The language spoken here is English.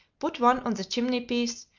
put one on the chimney-piece,